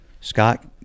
Scott